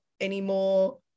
anymore